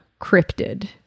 cryptid